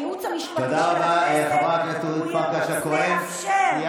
הייעוץ המשפטי של הכנסת הוא ייעוץ מאפשר.